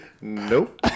nope